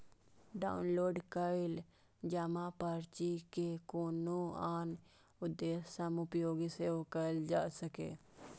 download कैल जमा पर्ची के कोनो आन उद्देश्य सं उपयोग सेहो कैल जा सकैए